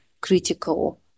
critical